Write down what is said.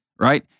Right